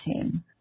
team